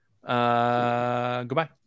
Goodbye